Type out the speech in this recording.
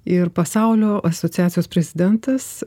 ir pasaulio asociacijos prezidentas